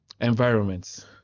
environments